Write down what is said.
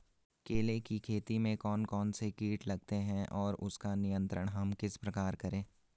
केले की खेती में कौन कौन से कीट लगते हैं और उसका नियंत्रण हम किस प्रकार करें?